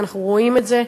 אנחנו רואים את זה,